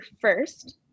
first